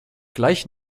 gleich